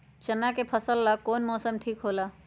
चाना के फसल ला कौन मौसम ठीक होला?